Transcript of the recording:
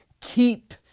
keep